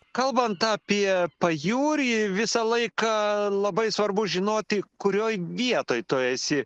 kalbant apie pajūrį visą laiką labai svarbu žinoti kurioj vietoj tu esi